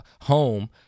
home